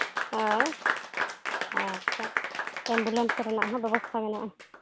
ᱦᱳᱭ ᱟᱪᱪᱷᱟ ᱮᱢᱵᱩᱞᱮᱱᱥ ᱨᱮᱱᱟᱜ ᱦᱚᱸ ᱵᱮᱵᱚᱥᱛᱷᱟ ᱢᱮᱱᱟᱜᱼᱟ